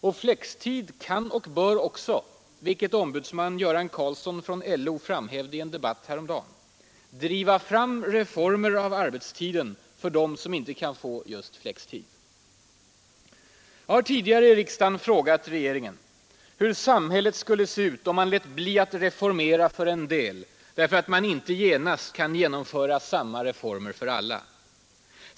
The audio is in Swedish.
Och flextid kan och bör också, vilket ombudsman Göran Karlsson från LO framhävde i en debatt häromdagen, driva fram reformer av arbetstiden för dem som inte kan få just flextid. Jag har tidigare i riksdagen frågat regeringen hur samhället skulle se ut om man lät bli att reformera för en del därför att man inte genast kan genomföra samma reformer för alla.